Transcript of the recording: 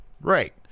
Right